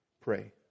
pray